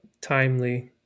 timely